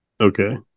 Okay